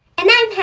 and i'm hattie,